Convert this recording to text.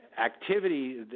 activity